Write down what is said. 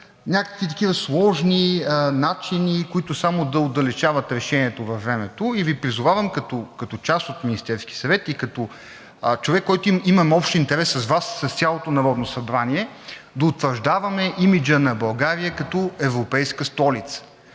някакви такива сложни начини, които само да отдалечават решението във времето. Призовавам Ви като част от Министерския съвет и като човек, с който имаме общ интерес, с Вас и с цялото Народно събрание да утвърждаваме имиджа на България като европейска столица.